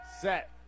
Set